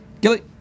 Gilly